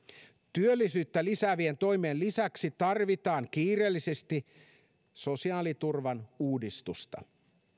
työllisyyttä lisäävien toimien lisäksi tarvitaan kiireellisesti sosiaaliturvan uudistusta